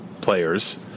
players